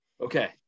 Okay